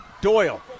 Doyle